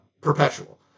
perpetual